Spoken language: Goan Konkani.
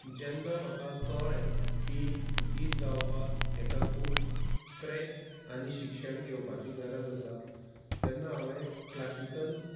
जेन्ना म्हाका कळ्ळें की गीत गावपाक एका खूब प्रयत्न आनी शिक्षण घेवपाची गरज आसा तेन्ना हांवें क्लासिकल